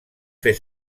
fer